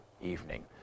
evening